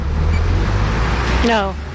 No